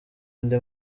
ndi